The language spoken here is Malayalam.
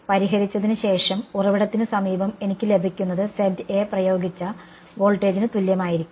പരിഹരിച്ചതിന് ശേഷം ഉറവിടത്തിന് സമീപം എനിക്ക് ലഭിക്കുന്നത് പ്രയോഗിച്ച വോൾട്ടേജിന് തുല്യമായിരിക്കും